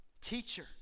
Teacher